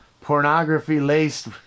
pornography-laced